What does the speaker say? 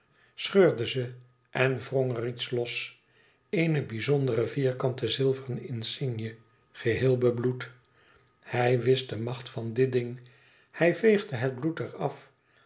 scheurde ze en wrong er iets los eene bizondere vierkante zilveren insigne geheel bebloed hij wist de macht van dit ding hij veegde het bloed er af